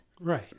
Right